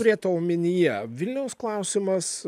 turėta omenyje vilniaus klausimas